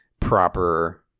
proper